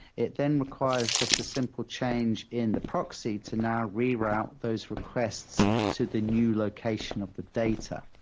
it then requires just a simple change in the proxy to now reroute those requests to the new location of the data.